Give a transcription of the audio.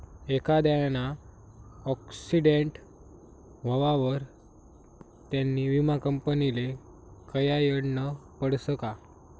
एखांदाना आक्सीटेंट व्हवावर त्यानी विमा कंपनीले कयायडनं पडसं का